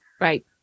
Right